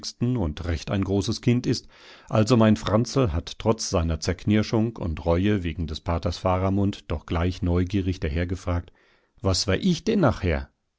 und recht ein großes kind ist also mein franzl hat trotz seiner zerknirschung und reue wegen des paters faramund doch gleich neugierig dahergefragt was war ich denn nachher